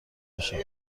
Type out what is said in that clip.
بشود